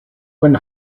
when